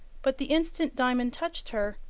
but the instant diamond touched her,